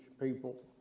people